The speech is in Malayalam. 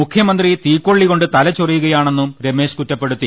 മുഖ്യമന്ത്രി തീക്കൊ ള്ളികൊണ്ട് തലചൊറിയുകയാണെന്നും രമേശ് കുറ്റപ്പെടുത്തി